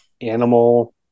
animal